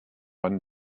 one